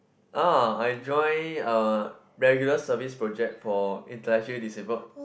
orh I join uh regular service project for intellectually disabled